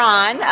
on